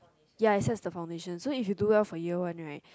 ya except the foundation so if you do well for year one right